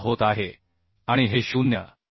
76 होत आहे आणि हे 0